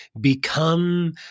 become